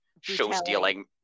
show-stealing